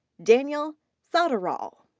daniel sadural.